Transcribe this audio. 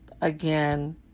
again